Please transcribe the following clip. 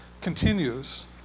continues